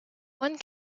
one